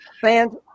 fans